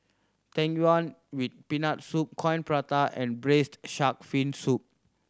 Tang Yuen with Peanut Soup Coin Prata and Braised Shark Fin Soup